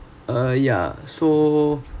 ah yeah so